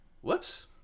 Whoops